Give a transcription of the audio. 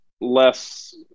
less